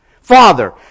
Father